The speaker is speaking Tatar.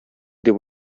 дип